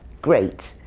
great.